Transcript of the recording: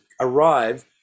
arrive